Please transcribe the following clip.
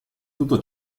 tutto